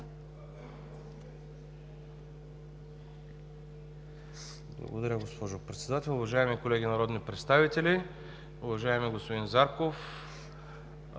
Благодаря, госпожо Председател. Уважаеми колеги народни представители! Уважаеми господин Зарков,